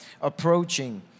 approaching